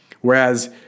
Whereas